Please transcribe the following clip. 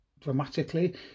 dramatically